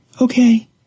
Okay